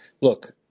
look